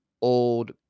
old